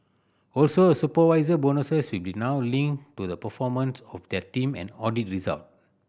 also supervisor bonuses will be now linked to the performance of their team and audit result